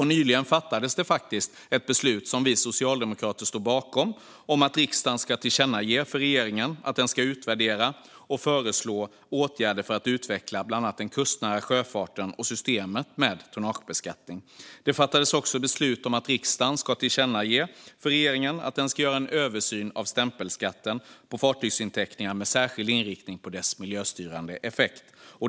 Nyligen fattades det faktiskt ett beslut som vi socialdemokrater står bakom om att riksdagen ska tillkännage för regeringen att den ska utvärdera och föreslå åtgärder för att utveckla bland annat den kustnära sjöfarten och systemet med tonnagebeskattning. Det fattades också beslut om att riksdagen ska tillkännage för regeringen att den ska göra en översyn av stämpelskatten på fartygsinteckningar med särskild inriktning på dess miljöstyrande effekt.